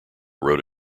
wrote